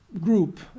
group